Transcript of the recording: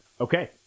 Okay